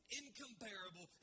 incomparable